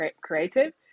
creative